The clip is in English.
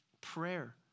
prayer